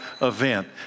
event